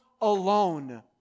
alone